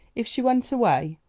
if she went away,